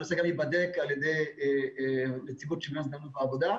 והנושא גם ייבדק על ידי נציגות שוויון הזדמנויות בעבודה,